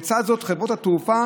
לצד זאת, חברות התעופה